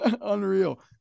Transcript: Unreal